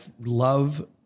love